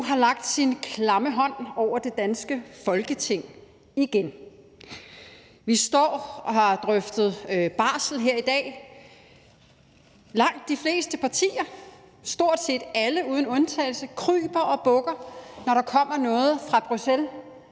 har lagt sin klamme hånd over det danske Folketing igen. Vi står og drøfter barsel her i dag. Langt de fleste partier – stort set alle uden undtagelse – kryber og bukker, når der kommer noget fra Bruxelles